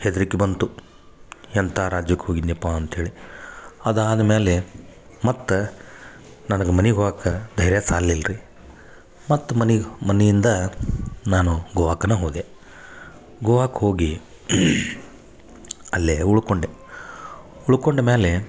ಹೆದ್ರಿಕೆ ಬಂತು ಎಂಥ ರಾಜ್ಯಕ್ಕೆ ಹೋಗಿದ್ನೆಪ್ಪಾ ಅಂತ್ಹೇಳಿ ಅದು ಆದ್ಮೇಲೆ ಮತ್ತು ನನಗೆ ಮನಿಗೆ ಹೋಗಾಕೆ ಧೈರ್ಯ ಸಾಲಿಲ್ಲ ರೀ ಮತ್ತು ಮನಿಗೆ ಮನೆಯಿಂದ ನಾನು ಗೋವಾಕನ ಹೋದೆ ಗೋವಾಕೆ ಹೋಗಿ ಅಲ್ಲೇ ಉಳ್ಕೊಂಡೆ ಉಳ್ಕೊಂಡ ಮ್ಯಾಲೆ